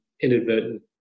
inadvertent